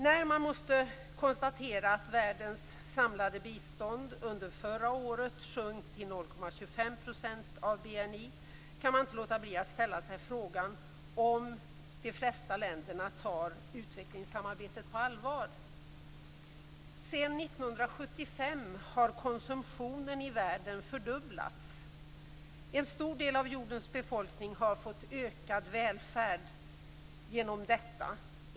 När man måste konstatera att världens samlade bistånd under förra året sjönk till 0,25 % av BNI, kan man inte låta bli att ställa sig frågan om de flesta länderna tar utvecklingssamarbetet på allvar. Sedan 1975 har konsumtionen i världen fördubblats. En stor del av jordens befolkning har fått ökad välfärd genom detta.